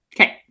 Okay